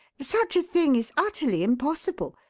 such a thing is utterly impossible.